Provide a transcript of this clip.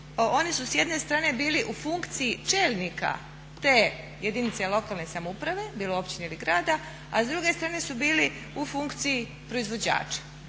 oni su s jedne strane bili u funkciji čelnika te jedinice lokalne samouprave bilo općine ili grada a s druge strane su bili u funkciji proizvođača.